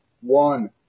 one